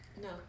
No